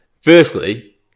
firstly